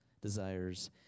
desires